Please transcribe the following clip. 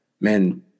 man